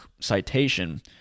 citation